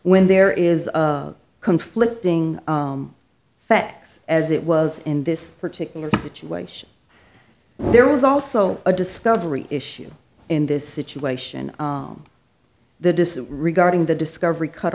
when there is conflicting facts as it was in this particular situation there was also a discovery issue in this situation the dissent regarding the discovery cut